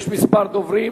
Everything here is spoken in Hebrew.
יש כמה דוברים.